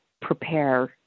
prepare